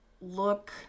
look